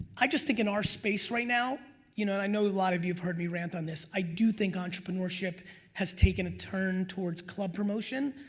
i just think in our space right now. you know i know a lot of you have heard me rant on this. i do think entrepreneurship has taken a turn towards club promotion,